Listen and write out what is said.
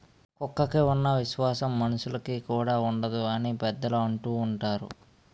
కుక్కకి ఉన్న విశ్వాసం మనుషులుకి కూడా ఉండదు అని పెద్దలు అంటూవుంటారు